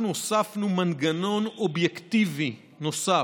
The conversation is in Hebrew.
אנחנו הוספנו מנגנון אובייקטיבי נוסף.